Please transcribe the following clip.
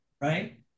right